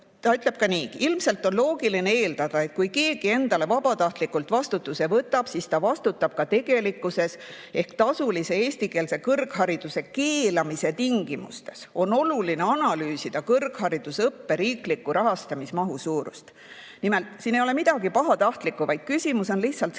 ta ütleb ka nii: "Ilmselt on loogiline eeldada, et kui keegi endale vabatahtlikult vastutuse võtab, siis ta vastutab ka tegelikkuses ehk tasulise eestikeelse kõrghariduse keelamise tingimustes on oluline analüüsida kõrgharidusõppe riikliku rahastamismahu suurust." Nimelt, siin ei ole midagi pahatahtlikku, vaid küsimus on lihtsalt selles,